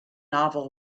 novel